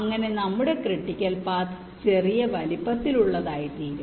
അങ്ങനെ നമ്മുടെ critical path ചെറിയ വലിപ്പത്തിലുള്ളതായിത്തീരും